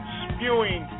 spewing